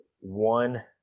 one